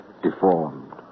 deformed